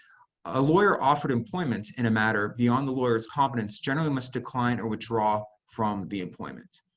a lawyer offered employment in a matter beyond the lawyer's competence generally must decline or withdraw from the employment.